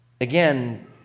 Again